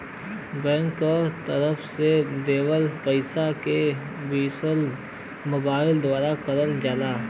bank के तरफ से देवल पइसा के वसूली मोबाइल द्वारा करल जाला